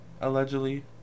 allegedly